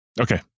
Okay